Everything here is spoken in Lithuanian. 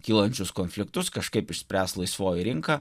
kylančius konfliktus kažkaip išspręs laisvoji rinka